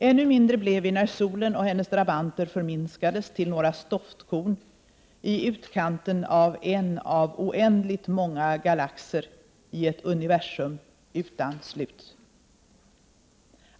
Ännu mindre blev vi när solen och hennes drabanter förminskades till några stoftkorn i utkanten av en av oändligt många galaxer i ett universum utan slut.